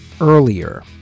earlier